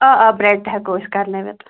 آ آ برٛٮ۪ڈ تہِ ہٮ۪کو أسۍ کَرنٲوِتھ